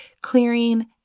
clearing